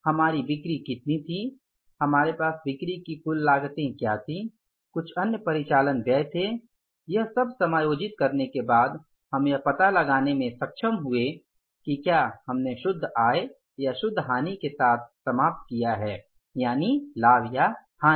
हमारे पास बिक्री थी हमारे पास बिक्री की कुछ लागतें थीं कुछ अन्य परिचालन व्यय थे यह सब समायोजित करने के बाद हम यह पता लगाने में सक्षम हुए कि क्या हमने शुद्ध आय या शुद्ध हानि के साथ समाप्त किया है या लाभ या हानि